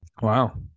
wow